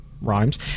Rhymes